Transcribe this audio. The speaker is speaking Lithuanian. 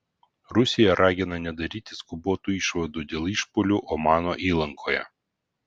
rusija ragina nedaryti skubotų išvadų dėl išpuolių omano įlankoje